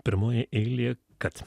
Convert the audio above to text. pirmoji eilė kad